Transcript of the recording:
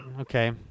Okay